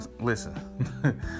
Listen